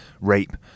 rape